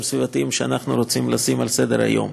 סביבתיים שאנחנו רוצים לשים על סדר-היום.